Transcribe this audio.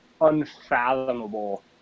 unfathomable